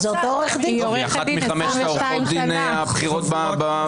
(הוראות לעניין הוועדה לבחירת שופטים),